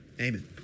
Amen